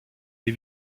les